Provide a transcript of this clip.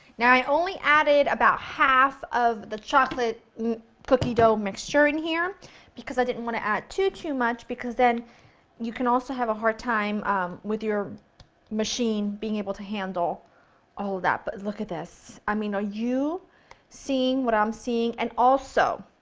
now i only added about half of the chocolate cookie dough mixture in here because i didn't want to add too, too much because then you can also have a hard time with your machine being able to handle all that. but look at this! i mean, are you seeing what i'm seeing! and also,